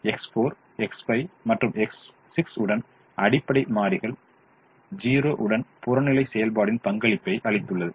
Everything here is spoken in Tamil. எனவே X4 X5 மற்றும் X6 உடன் அடிப்படை மாறிகள் 0 உடன் புறநிலை செயல்பாடின் பங்களிப்பையை அளித்துள்ளது